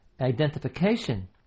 identification